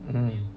mm